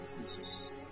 Jesus